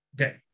Okay